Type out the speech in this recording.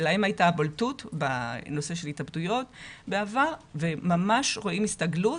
שלהם הייתה הבולטות בנושא של התאבדויות בעבר וממש רואים הסתגלות.